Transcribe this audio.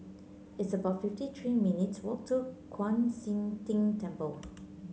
it's about fifty three minutes' walk to Kwan Siang Tng Temple